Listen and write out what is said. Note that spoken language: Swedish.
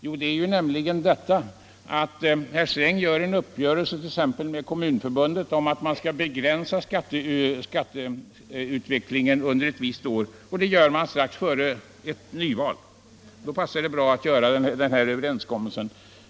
Jo, att herr Sträng har träffat en uppgörelse med t.ex. Kommunförbundet om att man skall begränsa skatteutvecklingen under ett visst år. Detta gör man strax före ett nyval. Då passar det bra med en sådan överenskommelse.